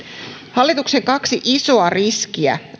hallituksen kaksi isoa riskiä